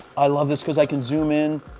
i love this because i can zoom in,